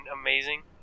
amazing